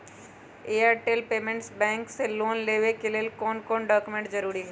Airtel payments bank से loan लेवे के ले कौन कौन डॉक्यूमेंट जरुरी होइ?